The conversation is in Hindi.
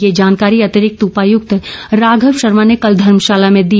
ये जानकारी अतिरिक्त उपायुक्त राघव शर्मा ने कल धर्मशाला में दी